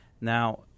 Now